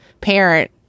parent